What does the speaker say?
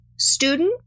Student